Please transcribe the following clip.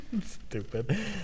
Stupid